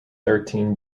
thirteen